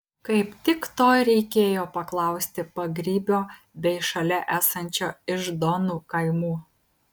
kaip tik to ir reikėjo paklausti pagrybio bei šalia esančio iždonų kaimų